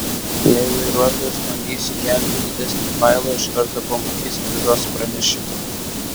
jei vartotojas bandys įkelti didesnį failą iš karto pamatys klaidos pranešimą